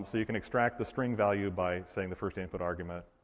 so you can extract the string value by saying the first input argument,